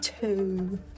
two